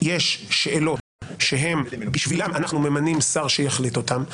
יש שאלות שבשבילן אנחנו ממנים שר שיחליט אותן,